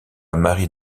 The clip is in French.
marie